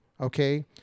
okay